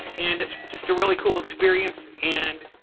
and it's just a really cool experience and